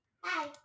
Hi